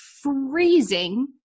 freezing